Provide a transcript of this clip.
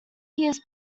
years